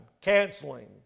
canceling